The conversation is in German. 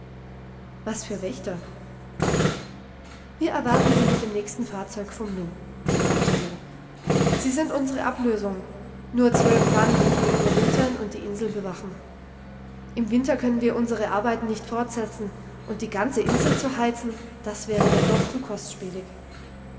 was für wächter wir erwarten sie mit dem nächsten fahrzeug vom nu sagte jo sie sind unsre ablösung nur zwölf mann die hier überwintern und die insel bewachen im winter können wir unsre arbeiten nicht fortsetzen und die ganze insel zu heizen das wäre denn doch zu kostspielig